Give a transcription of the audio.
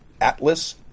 Atlas